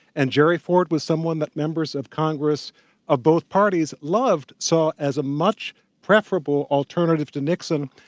and gerry ford was someone that members of congress of both parties loved, saw as a much preferable alternative to nixon.